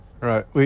Right